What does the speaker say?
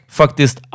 faktiskt